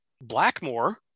Blackmore